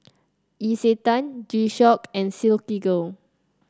Isetan G Shock and Silkygirl